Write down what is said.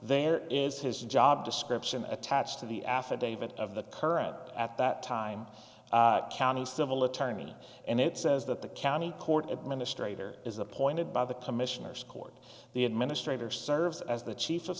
there is his job description attached to the affidavit of the current at that time county civil attorney and it says that the county court administrator is appointed by the commissioner scored the administrator serves as the chief of